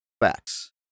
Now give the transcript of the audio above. facts